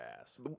ass